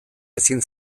ezin